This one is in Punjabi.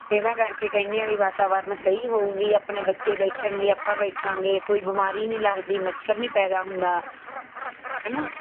ਇਹਦਾ ਕਰਕੇ ਕਹਿੰਦੇ ਆ ਵੀ ਵਾਤਾਵਰਨ ਸਹੀ ਹੋਵੇਗੀ ਆਪਣੇ ਬੱਚੇ ਬੈਠਣਗੇ ਆਪਾਂ ਬੈਠਾਂਗੇ ਕੋਈ ਬਿਮਾਰੀ ਨਹੀਂ ਲੱਗਦੀ ਮੱਛਰ ਨਹੀਂ ਪੈਦਾ ਹੁੰਦਾ ਹੈ ਨਾ